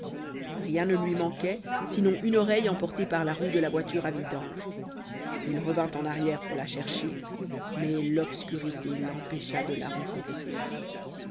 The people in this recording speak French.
rien ne lui manquait sinon une oreille emportée par la roue de la voiture à vidange il revint en arrière pour la chercher mais l'obscurité l'empêcha de la rencontrer